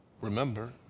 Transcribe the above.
Remember